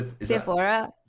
Sephora